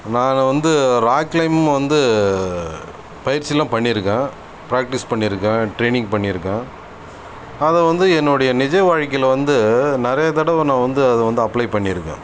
நான் வந்து rock climb வந்து பயிற்சிலாம் பண்ணியிருக்கேன் ப்ராக்டீஸ் பண்ணியிருக்கேன் ட்ரைனிங் பண்ணியிருக்கேன் அதை வந்து என்னுடைய நிஜ வாழ்க்கையில் வந்து நிறைய தடவை நான் வந்து அதை வந்து அப்ளை பண்ணிருக்கேன்